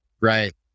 Right